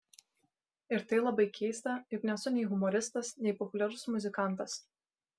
ir tai labai keista juk nesu nei humoristas nei populiarus muzikantas